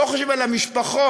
לא חושבים על המשפחות,